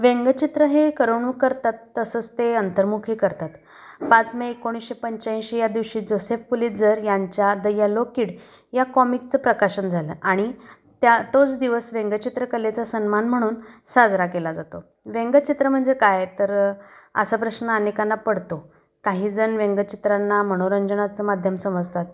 व्यंगचित्र हे करमणूक करतात तसंच ते अंतर्मुख ही करतात पाच मे एकोणीसशे पंच्याऐंशी या दिवशी जोसेफ पुलीजर यांच्या द यलो किड या कॉमिकचं प्रकाशन झालं आणि त्या तोच दिवस व्यंगचित्रकलेचा सन्मान म्हणून साजरा केला जातो व्यंगचित्र म्हणजे काय आहे तर असा प्रश्न अनेकांना पडतो काही जण व्यंगचित्रांना मनोरंजनाचं माध्यम समजतात